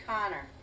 Connor